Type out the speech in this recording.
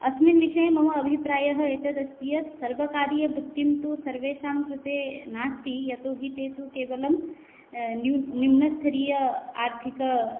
अस्मिन् विषये मम अभिप्रायः एतद् अस्ति यत् सर्वकार्यवृत्तिः तु सर्वेषां कृते नास्ति यतोऽहि ते तु केवलं न्यूनस्थरीया आर्थिक